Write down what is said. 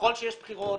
נכון שיש בחירות,